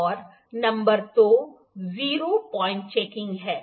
और नंबर दो zero point checking है